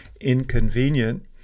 inconvenient